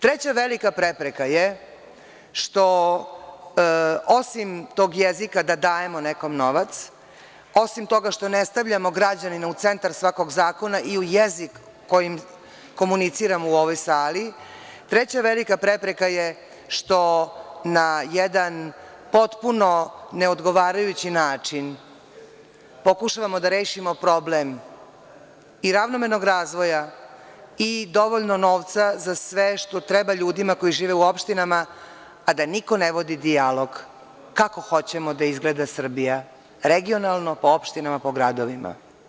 Treća velika prepreka je što, osim tog jezika da dajemo nekome novac, osim toga što ne stavljamo građanina u centar svakog zakona i u jezik kojim komuniciramo u ovoj sali, treća velika prepreka je što na jedan potpuno neodgovarajući način pokušavamo da rešimo problem i ravnomernog razvoja i dovoljno novca za sve što treba ljudima koji žive u opštinama, a da niko ne vodi dijalog kako hoćemo da izgleda Srbija, regionalno, po opštinama, po gradovima.